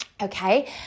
Okay